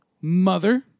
Mother